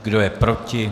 Kdo je proti?